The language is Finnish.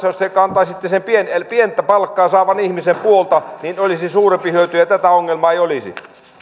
jos te kantaisitte sen pientä palkkaa saavan ihmisen puolta niin siitä olisi suurempi hyöty ja tätä ongelmaa ei olisi arvoisa puhemies